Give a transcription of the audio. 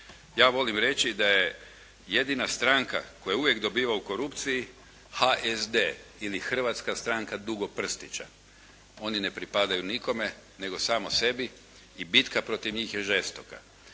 Ja volim reći da je jedina stranka koja uvijek dobiva u korupciji HZD ili Hrvatska stranka dugoprstića. Oni ne pripadaju nikome, nego samo sebi i bitka protiv njih je žestoka